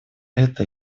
это